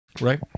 Right